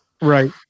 Right